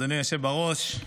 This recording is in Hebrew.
אדוני היושב-בראש,